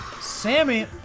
sammy